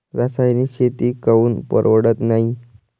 रासायनिक शेती काऊन परवडत नाई?